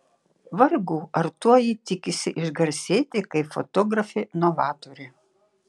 vargu ar tuo ji tikisi išgarsėti kaip fotografė novatorė